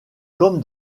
comme